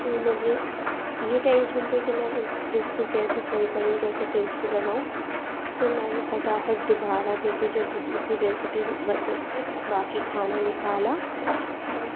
तो मुझे ये टेंशन थी कि मैं उस डिस को कैसे सही करूँ कैसे टेस्टी बनाऊँ फिर मैंने फ़टाफ़ट दुबारा जल्दी जल्दी दूसरी रेसिपी से बन जब तक बाक़ि खाना निकाला और